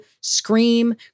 scream